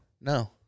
No